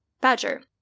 Badger